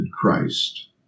Christ